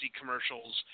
commercials